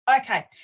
Okay